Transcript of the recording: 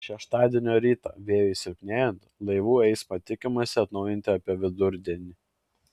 šeštadienio rytą vėjui silpnėjant laivų eismą tikimasi atnaujinti apie vidurdienį